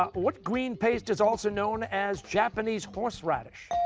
um what green paste is also known as japanese horseradish?